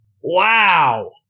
Wow